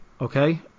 okay